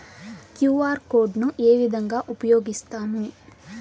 QR code ను ఏ విధంగా ఉపయగిస్తాము?